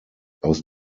aus